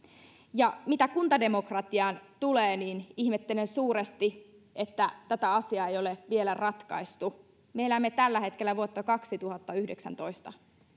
ja mitä kuntademokratiaan tulee niin ihmettelen suuresti että tätä asiaa ei ole vielä ratkaistu me elämme tällä hetkellä vuotta kaksituhattayhdeksäntoista